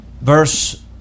verse